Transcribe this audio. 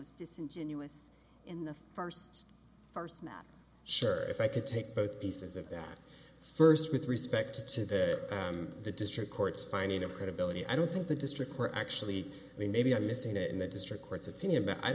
was disingenuous in the first first matt sure if i could take both pieces of that first with respect to that the district court's finding of credibility i don't think the district or actually maybe i'm missing it in the district court's opinion but i